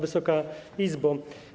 Wysoka Izbo!